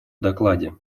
докладе